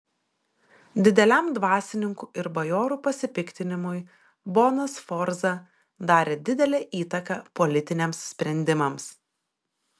dideliam dvasininkų ir bajorų pasipiktinimui bona sforza darė didelę įtaką politiniams sprendimams